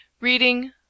Reading